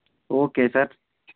okay sir